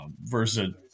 versus